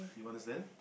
you understand